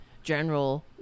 General